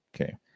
Okay